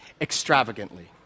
extravagantly